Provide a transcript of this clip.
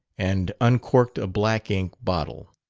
and uncorked a black-ink bottle.